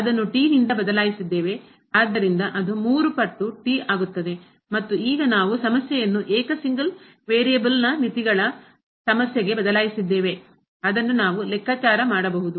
ಆದ್ದರಿಂದ ಇದು 3 ಪಟ್ಟು ಆಗುತ್ತದೆ ಮತ್ತು ಈಗ ನಾವು ಸಮಸ್ಯೆಯನ್ನು ಏಕ ಸಿಂಗಲ್ ವೇರಿಯೇಬಲ್ನ ಮಿತಿಗಳ ಸಮಸ್ಯೆಗೆ ಬದಲಾಯಿಸಿದ್ದೇವೆ ಅದನ್ನು ನಾವು ಲೆಕ್ಕಾಚಾರ ಮಾಡಬಹುದು